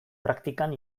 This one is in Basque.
praktikan